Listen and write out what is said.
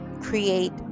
create